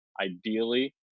ideally